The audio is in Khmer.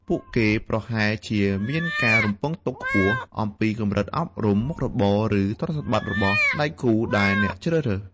ពួកគេប្រហែលជាមានការរំពឹងទុកខ្ពស់អំពីកម្រិតអប់រំ មុខរបរ ឬទ្រព្យសម្បត្តិរបស់ដៃគូដែលអ្នកជ្រើសរើស។